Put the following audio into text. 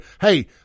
hey